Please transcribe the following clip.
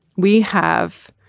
we have